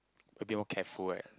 a bit more careful eh